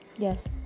Yes